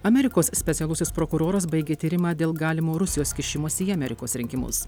amerikos specialusis prokuroras baigė tyrimą dėl galimo rusijos kišimosi į amerikos rinkimus